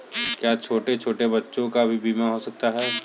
क्या छोटे छोटे बच्चों का भी बीमा हो सकता है?